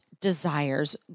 desires